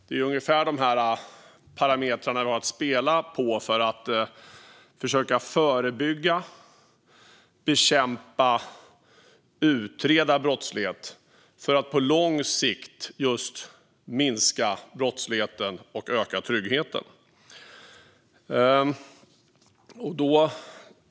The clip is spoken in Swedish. Det är ungefär dessa parametrar vi har att spela med i arbetet med att förebygga, bekämpa och utreda brottslighet för att på lång sikt just minska brottsligheten och öka tryggheten.